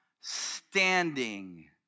standing